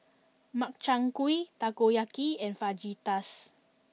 Makchang gui Takoyaki and Fajitas